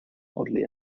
oddly